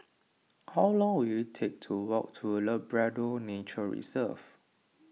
how long will it take to walk to Labrador Nature Reserve